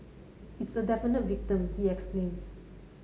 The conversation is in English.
it's a definite victim he explains